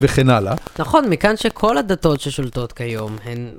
וכן הלאה. נכון, מכאן שכל הדתות ששולטות כיום הן...